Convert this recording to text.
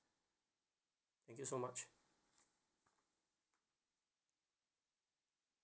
thank you so much